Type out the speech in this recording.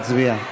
נא להצביע.